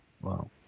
Wow